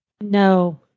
No